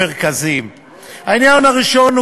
נא להוסיף אותי.